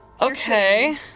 Okay